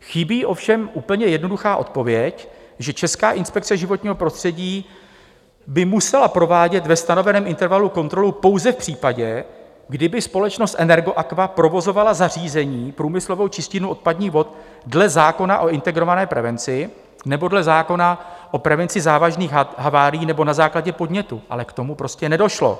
Chybí ovšem úplně jednoduchá odpověď, že Česká inspekce životního prostředí by musela provádět ve stanoveném intervalu kontrolu pouze v případě, kdyby společnost Energoaqua provozovala zařízení průmyslovou čistírnu odpadních vod dle zákona o integrované prevenci nebo dle zákona o prevenci závažných havárií nebo na základě podnětu, ale k tomu prostě nedošlo.